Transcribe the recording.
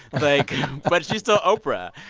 like but she's still oprah.